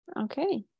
okay